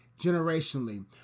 generationally